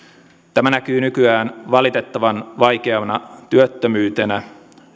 tämä näkyy nykyään valitettavan vaikeana työttömyytenä